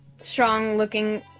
strong-looking